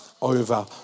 over